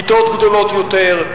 כיתות גדולות יותר,